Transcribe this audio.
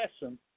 lesson